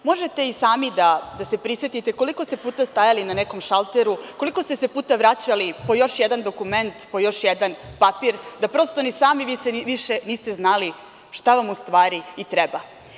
Možete i sami da se prisetite koliko ste puta stajali na nekom šalteru, koliko ste se puta vraćali po još jedan dokument, po još jedan papir, da prosto ni sami više niste znali šta vam u stvari i treba.